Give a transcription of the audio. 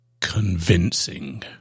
convincing